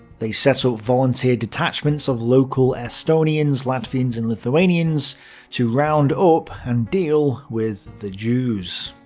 they set so up volunteer detachments of local estonians, latvians, and lithuanians to round up and deal with the jews.